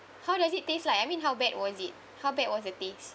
how does it taste like I mean how bad was it how bad was the taste